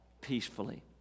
peacefully